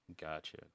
Gotcha